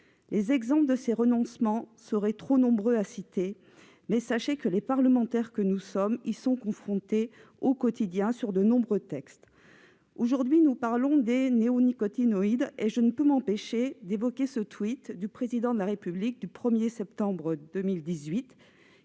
Les exemples de ces renoncements seraient trop nombreux à citer, mais sachez que les parlementaires que nous sommes y sont confrontés au quotidien sur de nombreux textes. Aujourd'hui, nous parlons des néonicotinoïdes, et je ne peux m'empêcher d'évoquer le tweet du Président de la République du 1septembre 2018,